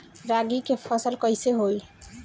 रागी के फसल कईसे होई?